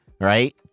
Right